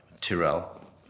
Tyrell